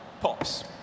Pops